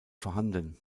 vorhanden